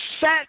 set